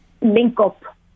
link-up